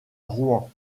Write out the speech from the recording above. rouen